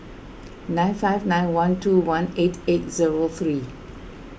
nine five nine one two one eight eight zero three